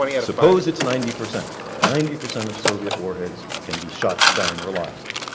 suppose it's ninety percent. ninety percent of soviet warheads can be shot down reliably.